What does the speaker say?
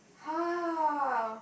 !huh!